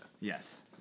Yes